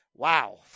Wow